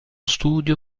studio